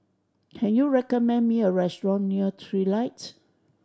can you recommend me a restaurant near Trilight